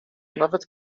nawet